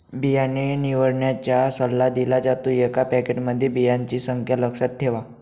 बियाणे निवडण्याचा सल्ला दिला जातो, एका पॅकेटमध्ये बियांची संख्या लक्षात ठेवा